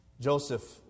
Joseph